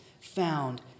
found